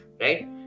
right